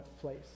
place